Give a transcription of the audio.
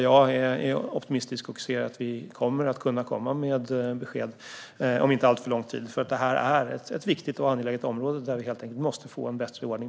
Jag är optimistisk och tror att vi kommer att kunna komma med besked om en inte alltför lång tid, för här är det angeläget att vi helt enkelt får en bättre ordning.